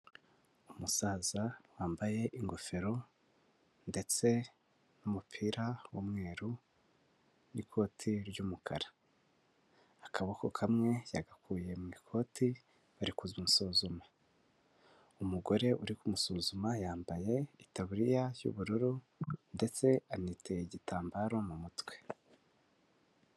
Umusaza wambaye ingofero ndetse n'umupira w'umweru n'ikote ry'umukara, akaboko kamwe yagakuye mu ikoti bari kumusuzuma, umugore uri kumusuzuma yambaye itaburiya y'ubururu ndetse aniteye igitambaro mu mutwe.